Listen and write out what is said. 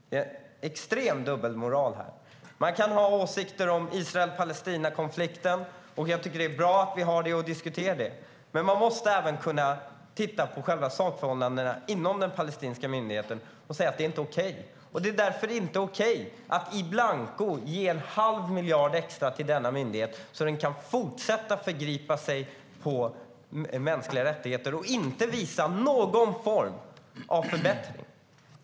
Det är extrem dubbelmoral. Vi kan ha åsikter om Palestina-Israel-konflikten, och det är bra att vi har det och diskuterar dem. Men vi måste även kunna titta på sakförhållandena inom palestinska myndigheten och säga att det inte är okej. Därför är det inte okej att in blanco ge en halv miljard extra till denna myndighet så att den kan fortsätta förgripa sig på mänskliga rättigheter och inte visa någon form av förbättring.